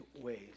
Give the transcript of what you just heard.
ways